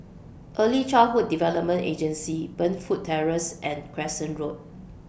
Early Childhood Development Agency Burnfoot Terrace and Crescent Road